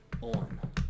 on